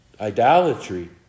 idolatry